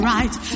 right